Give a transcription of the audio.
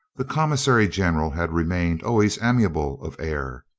the commissary general had remained always amiable of air.